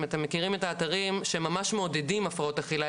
אם אתם מכירים את האתרים שממש מעודדים הפרעות אכילה,